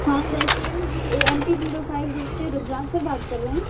हाँ रेस्टॉरेंट जी ये एम पी ज़ीरो फाइव से रुद्राक्ष सर बात कर रहे हैं